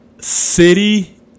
City